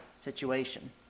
situation